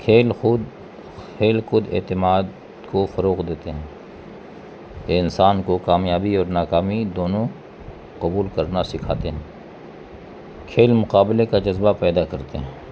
کھیل خود کھیل خود اعتماد کو فروغ دیتے ہیں انسان کو کامیابی اور ناکامی دونوں قبول کرنا سکھاتے ہیں کھیل مقابلے کا جذبہ پیدا کرتے ہیں